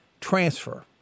transfer